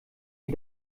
die